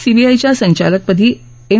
सीबीआयच्या सद्यालकपदी एम